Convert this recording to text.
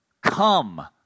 come